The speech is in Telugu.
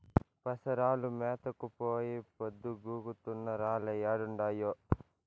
పసరాలు మేతకు పోయి పొద్దు గుంకుతున్నా రాలే ఏడుండాయో